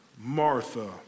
Martha